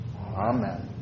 Amen